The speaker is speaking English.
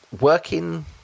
Working